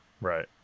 Right